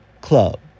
Club